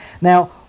Now